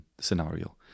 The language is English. scenario